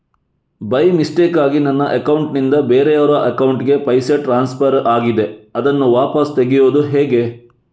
By ಮಿಸ್ಟೇಕಾಗಿ ನನ್ನ account ನಿಂದ ಬೇರೆಯವರ ಅಕೌಂಟ್ ಗೆ ಪೈಸೆ ಟ್ರಾನ್ಸ್ಫರ್ ಆಗಿದೆ ಅದನ್ನು ವಾಪಸ್ ತೆಗೆಯೂದು ಹೇಗೆ?